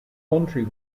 country